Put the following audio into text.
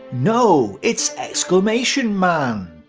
no, it's exclamation man!